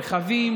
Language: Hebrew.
רכבים,